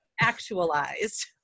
actualized